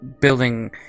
building